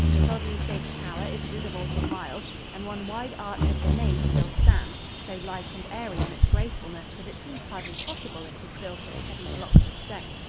its oddly shaped tower is visible for miles, and one wide arch of the nave still stands, so light and airy in its gracefulness that it seems hardly possible it is built of heavy blocks of stone.